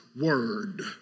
word